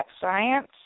Science